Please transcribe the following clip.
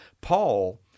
Paul